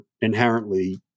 inherently